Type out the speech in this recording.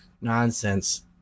nonsense